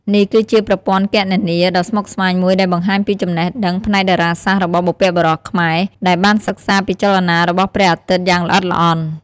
នេះគឺជាប្រព័ន្ធគណនាដ៏ស្មុគស្មាញមួយដែលបង្ហាញពីចំណេះដឹងផ្នែកតារាសាស្ត្ររបស់បុព្វបុរសខ្មែរ ដែលបានសិក្សាពីចលនារបស់ព្រះអាទិត្យយ៉ាងល្អិតល្អន់។